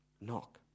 knock